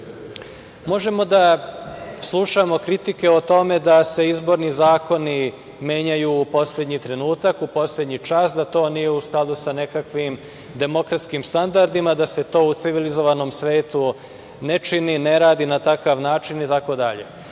da slušamo kritike o tome da se izborni zakoni menjaju u poslednji trenutak, u poslednji čas, da to nije u skladu sa nekakvim demokratskim standardima, da se to u civilizovanom svetu ne čini, ne radi na takav način, itd.